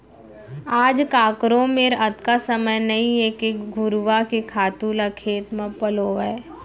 आज काकरो मेर अतका समय नइये के घुरूवा के खातू ल खेत म पलोवय